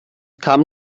kam